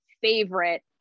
favorite